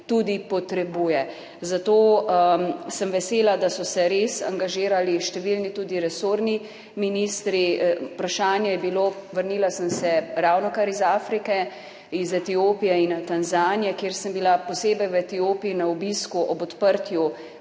tudi potrebuje. Zato sem vesela, da so se res angažirali številni, tudi resorni ministri. Vprašanje je bilo, ravnokar sem se vrnila iz Afrike, iz Etiopije in Tanzanije, kjer sem bila posebej v Etiopiji na obisku ob odprtju